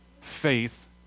faith